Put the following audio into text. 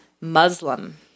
Muslim